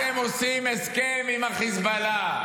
מה אתם עושים הסכם עם החיזבאללה?